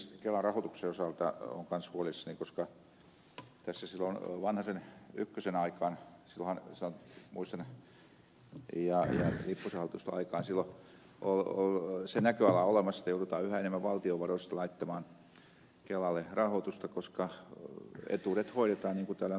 kelan rahoituksen osalta olen kanssa huolissani koska silloin vanhasen ykkösen aikaan muistan ja lipposen hallitusten aikaan oli se näköala olemassa että joudutaan yhä enemmän valtion varoista laittamaan kelalle rahoitusta koska etuudet hoidetaan niin kuin täällä on todettu